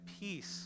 peace